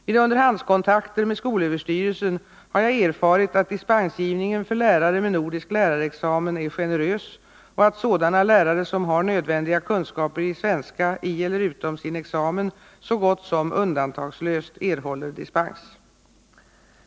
Vid underhandskontakter med skolöverstyrelsen har jag erfarit att dispensgivningen för lärare med nordisk lärarexamen är generös och att sådana lärare som har nödvändiga kunskaper i svenska i eller utom sin examen så gott som undantagslöst erhåller dispens.